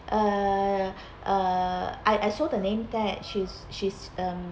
uh uh I I saw the name that she's she's um